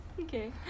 Okay